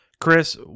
chris